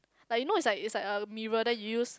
like you know it's like it's like a mirror then you use